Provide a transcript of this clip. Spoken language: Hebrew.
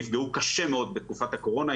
נפגעו קשה מאוד בתקופת הקורונה.